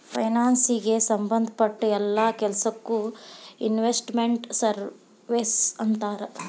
ಫೈನಾನ್ಸಿಗೆ ಸಂಭದ್ ಪಟ್ಟ್ ಯೆಲ್ಲಾ ಕೆಲ್ಸಕ್ಕೊ ಇನ್ವೆಸ್ಟ್ ಮೆಂಟ್ ಸರ್ವೇಸ್ ಅಂತಾರ